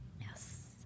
Yes